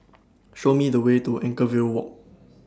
Show Me The Way to Anchorvale Walk